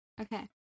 Okay